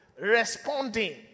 Responding